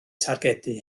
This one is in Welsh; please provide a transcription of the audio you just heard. targedu